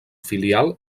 filial